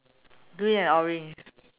green and orange